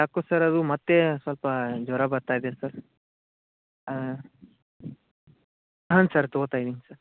ಯಾಕೋ ಸರ್ ಅದು ಮತ್ತೇ ಸ್ವಲ್ಪ ಜ್ವರ ಬರ್ತಾ ಇದೆ ಸರ್ ಹಾಂ ಹಾಂ ಸರ್ ತೊಗೊಳ್ತಾ ಇದ್ದೀನಿ ಸರ್